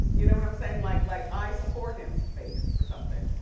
you know what i'm saying? like like i support him face or something.